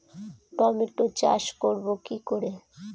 Tomato চাষ করব কি করে?